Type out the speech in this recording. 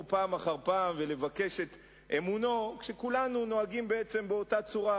פעם אחר פעם ולבקש את אמונו כשכולנו נוהגים בעצם באותה צורה.